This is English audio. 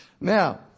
Now